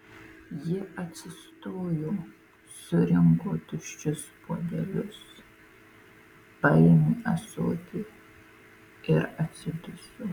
ji atsistojo surinko tuščius puodelius paėmė ąsotį ir atsiduso